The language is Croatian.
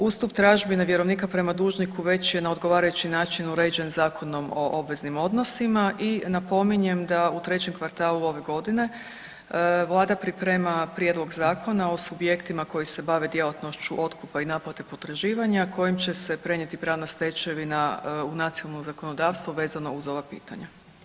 Ustup tražbine vjerovnika prema dužniku već je na odgovarajući način uređen Zakonom o obveznim odnosima i napominjem da u trećem kvartalu ove godine Vlada priprema prijedlog zakona o subjektima koji se bave djelatnošću otkupa i naplate potraživanja kojim će se prenijeti pravna stečevina u nacionalno zakonodavstvo vezano uz ova pitanja.